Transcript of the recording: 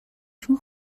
چون